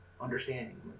understanding